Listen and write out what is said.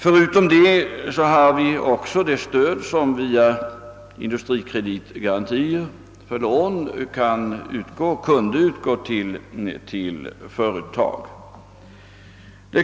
Förutom detta hade vi också det stöd som via industrikreditgarantier för lån kunde utgå till företag.